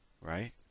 right